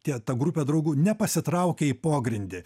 tie ta grupė draugų nepasitraukė į pogrindį